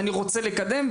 ואני רוצה לקדם,